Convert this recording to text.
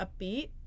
upbeat